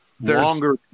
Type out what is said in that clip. longer